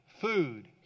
food